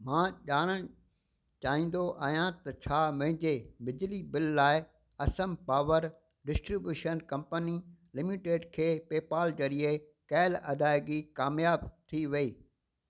मां ॼाणणु चाहींदो आहियां त छा मुंहिंजे बिजली बिल लाइ Assam power distribution company limited खे पेपाल ज़रिए कयल अदायगी कामियाबु थी वई